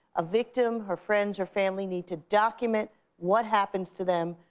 a victim, her friends, her family need to document what happens to them,